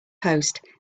post